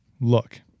look